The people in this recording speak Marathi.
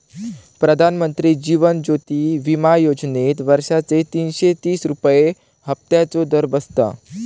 प्रधानमंत्री जीवन ज्योति विमा योजनेत वर्षाचे तीनशे तीस रुपये हफ्त्याचो दर बसता